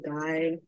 die